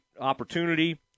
opportunity